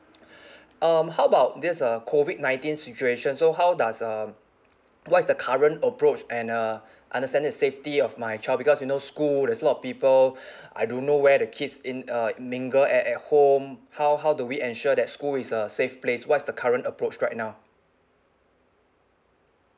um how about this uh COVID nineteen situation so how does um what is the current approach and uh understanding the safety of my child because you know school there's a lot of people I don't know where the kids in uh mingle at ay home how how do we ensure that school is a safe place what's the current approach right now